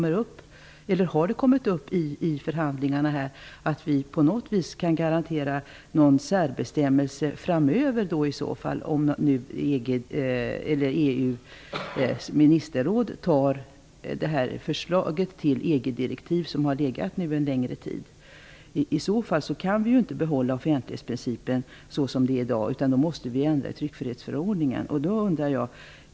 Eller har det kommit upp i förhandlingarna att vi på något vis kan garanteras en särbestämmelse framöver, om EU:s ministerråd antar det förslag till EG-direktiv som har legat en längre tid? I så fall kan vi inte behålla offentlighetsprincipen såsom den gäller i dag, utan vi måste ändra i tryckfrihetsförordningen.